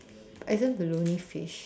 isn't baloney fish